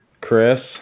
Chris